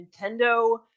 nintendo